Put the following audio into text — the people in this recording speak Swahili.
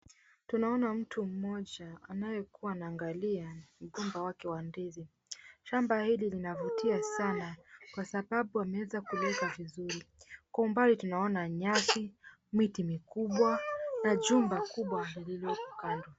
Tunaona mtu mmoja anayekuwa anaangalia, mgomba wake wa ndizi. Shamba hili linavutia sana kwa sababu ameweza kulima vizuri. Kuumbali tunaona nyasi, mwiti mikubwa na jumba kubwa lililo kando.